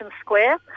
Square